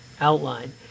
outline